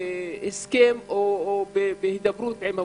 בהסכם או בהידברות עם המורים,